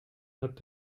hat